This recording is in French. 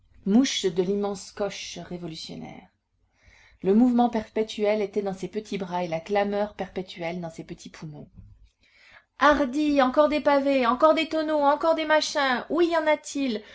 mouche de l'immense coche révolutionnaire le mouvement perpétuel était dans ses petits bras et la clameur perpétuelle dans ses petits poumons hardi encore des pavés encore des tonneaux encore des machins où y en a-t-il